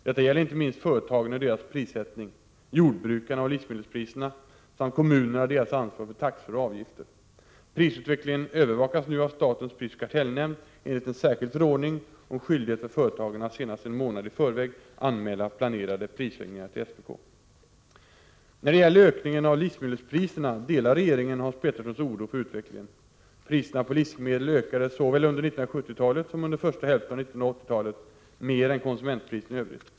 Detta gäller inte minst företagen och deras prissättning, jordbrukarna och livsmedelspriserna samt kommunerna och deras ansvar för taxor och avgifter. Prisutvecklingen övervakas nu av statens prisoch kartellnämnd enligt en särskild förordning om skyldighet för företagen att senast en månad i förväg anmäla planerade prishöjningar till SPK. När det gäller ökningen av livsmedelspriserna delar regeringen Hans Peterssons oro för utvecklingen. Priserna på livsmedel ökade såväl under 1970-talet som under första hälften av 1980-talet mer än konsumentpriserna i övrigt.